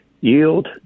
yield